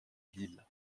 lille